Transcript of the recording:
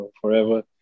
forever